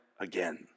again